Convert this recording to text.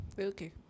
Okay